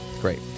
Great